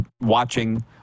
watching